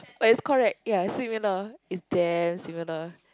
but it's correct yea similar it's damn similar